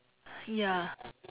ya